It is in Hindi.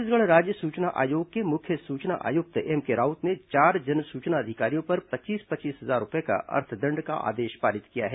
छत्तीसगढ़ राज्य सूचना आयोग के मुख्य सूचना आयुक्त एमके राउत ने चार जनसूचना अधिकारियों पर पच्चीस पच्चीस हजार रूपये का अर्थदण्ड का आदेश पारित किया है